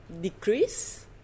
decrease